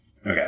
Okay